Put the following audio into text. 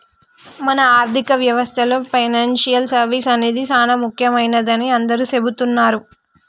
మన ఆర్థిక వ్యవస్థలో పెనాన్సియల్ సర్వీస్ అనేది సానా ముఖ్యమైనదని అందరూ సెబుతున్నారు